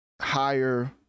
higher